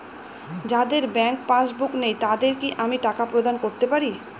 যাদের bank passbook নেই তাদের কি আমি টাকা প্রদান করতে পারি?